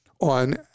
on